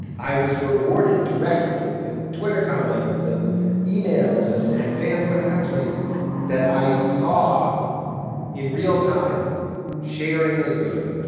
i was rewarded directly with twitter comments and emails and and fans coming up to me that i saw in real time sharing is good.